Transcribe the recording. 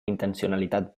intencionalitat